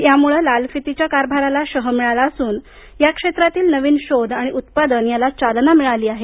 यामुळे लालफितीच्या कारभाराला शह मिळाला असून या क्षेत्रातील नवीन शोध आणि उत्पादन याला चालना मिळाली आहे